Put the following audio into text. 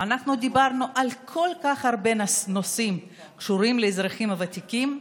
אנחנו דיברנו על כל כך הרבה נושאים שקשורים לאזרחים הוותיקים,